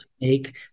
make